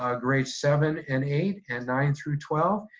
ah grades seven and eight and nine through twelve.